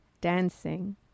dancing